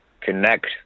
connect